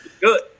good